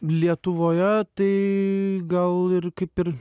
lietuvoje tai gal ir kaip ir